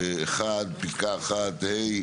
62(1)(ה),